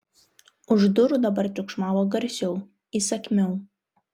už durų dabar triukšmavo garsiau įsakmiau